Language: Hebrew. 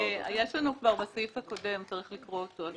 יש לנו כבר בתקנה הקודמת, צריך לקרוא אותה.